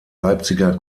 leipziger